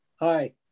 hi